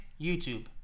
YouTube